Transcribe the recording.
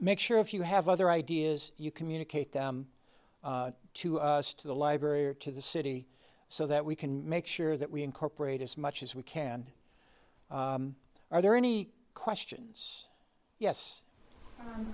make sure if you have other ideas you communicate them to us to the library or to the city so that we can make sure that we incorporate as much as we can are there any questions yes